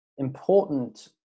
Important